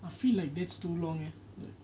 I feel like that's too long eh but